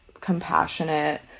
compassionate